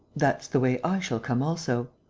that's the way i shall come also.